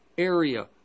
area